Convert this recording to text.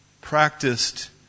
practiced